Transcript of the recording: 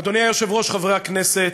אדוני היושב-ראש, חברי הכנסת,